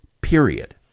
period